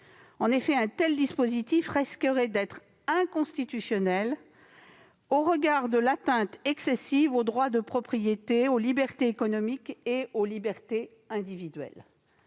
La mesure proposée risquerait d'être inconstitutionnelle en portant une atteinte excessive au droit de propriété, aux libertés économiques et aux libertés individuelles.